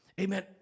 Amen